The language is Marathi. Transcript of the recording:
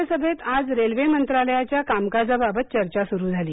राज्यसभेत आज रेल्वे मंत्रालयाच्या कामकाजा बाबत चर्चा सुरू झाली